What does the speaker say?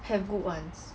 have good ones